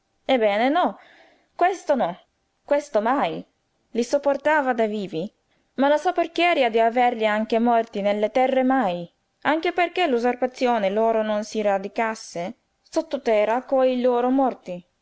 ebbene no questo no questo mai i sopportava da vivi ma la soperchieria di averli anche morti nelle terre mai anche perché l'usurpazione loro non si radicasse sottoterra coi loro morti